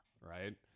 Right